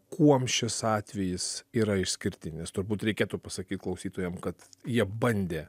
kuom šis atvejis yra išskirtinis turbūt reikėtų pasakyt klausytojam kad jie bandė